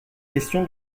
question